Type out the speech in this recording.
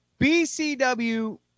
BCW